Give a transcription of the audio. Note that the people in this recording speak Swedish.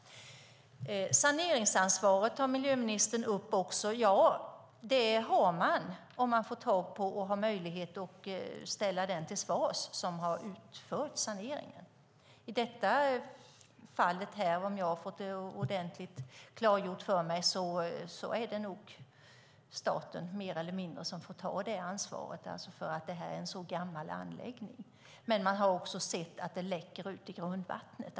Miljöministern tar också upp saneringsansvaret. Men det gäller att man får tag på den som ska utföra saneringen och har möjlighet att ställa den till svars. I det här fallet, om jag har fått det ordentligt klargjort för mig, är det nog staten som får ta det ansvaret eftersom det här är en så gammal anläggning. Man har också sett att det läcker ut i grundvattnet.